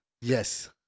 Yes